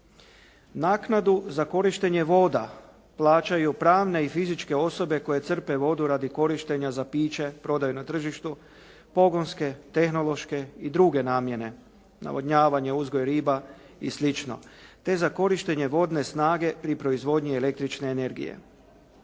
Naknadu za korištenje voda plaćaju pravne i fizičke osobe koje crpe vodu radi korištenja za piće, prodaju na tržištu, pogonske, tehnološke i druge namjene, navodnjavanje uzgoj riba i slično, te za korištenje vodne snage pri proizvodnji električne energije.